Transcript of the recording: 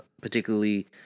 particularly